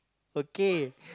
okay